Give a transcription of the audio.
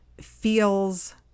feels